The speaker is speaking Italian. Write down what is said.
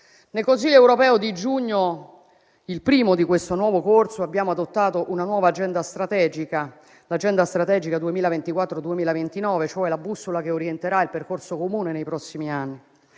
Nel Consiglio europeo di giugno, il primo di questo nuovo corso, abbiamo adottato una nuova agenda strategica, quella per il periodo 2024-2029, cioè la bussola che orienterà il percorso comune nei prossimi anni.